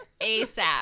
ASAP